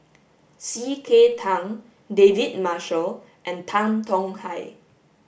C K Tang David Marshall and Tan Tong Hye